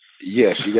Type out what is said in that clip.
Yes